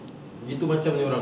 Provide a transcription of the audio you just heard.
gitu macamnya orang